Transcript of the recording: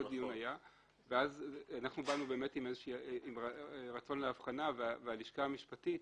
ואז באנו עם רצון להבחנה והלשכה המשפטית